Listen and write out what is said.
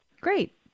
Great